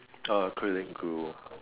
acrylic glue